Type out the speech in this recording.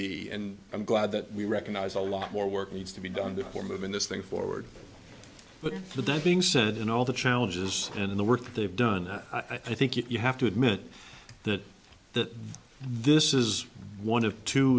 be and i'm glad that we recognize a lot more work needs to be done before moving this thing forward but that being said in all the challenges and the work that they've done i think you have to admit that the this is one of two